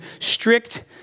strict